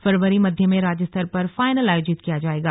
फरवरी मध्य में राज्य स्तर पर फाइनल आयोजित किया जाएगा